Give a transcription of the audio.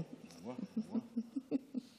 עשרה בעד להעביר את ההצעה לסדר-היום לוועדת העבודה והרווחה.